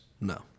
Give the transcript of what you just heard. No